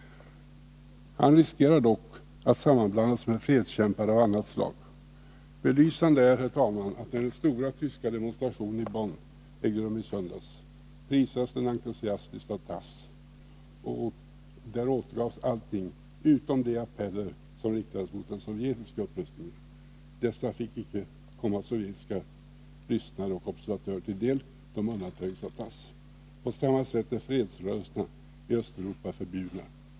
Han riskerar dock att sammanblandas med fredskämpar av annat slag. Belysande är, herr talman, att när den stora tyska demonstrationen i Bonn ägde rum i söndags prisades den entusiastiskt av Tass, och där återgavs allting — utom de appeller som riktades mot den sovjetiska upprustningen. Dessa fick icke komma sovjetiska lyssnare och observatörer till del — de undanröjdes av Tass! På samma sätt är fredsrörelserna i Östeuropa förbjudna.